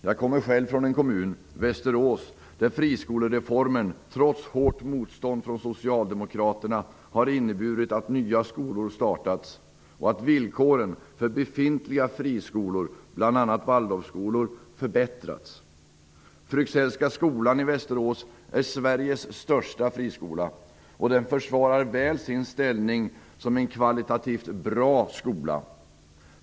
Jag kommer själv från en kommun, Västerås, där friskolereformen, trots hårt motstånd från socialdemokraterna, har inneburit att nya skolor startats och att villkoren för befintliga friskolor, bl.a. Waldorfskolor, förbättrats. Fryxellska skolan i Västerås är Sveriges största friskola, och den försvarar väl sin ställning som en kvalitativt bra skola.